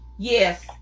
Yes